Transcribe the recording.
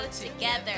together